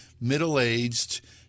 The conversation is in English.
middle-aged